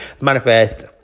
manifest